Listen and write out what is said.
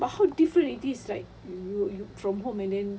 but how different it is like you from home and then